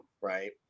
right